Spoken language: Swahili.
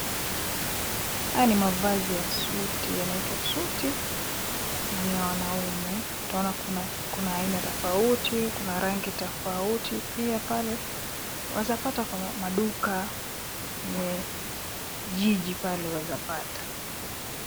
Haya ni mavazi ya suti yanaitwa suti na ni ya wanaume, utaona kuna aina tofauti, kuna rangi tofauti pia pale, unaweza pata kwa maduka yenye, jiji pale unaeza pata.